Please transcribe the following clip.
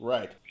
Right